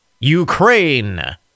Ukraine